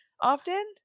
often